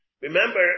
Remember